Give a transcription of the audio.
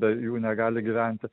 be jų negali gyventi